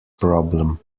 problem